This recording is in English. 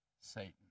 Satan